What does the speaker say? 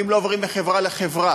אם לא עוברים מחברה לחברה,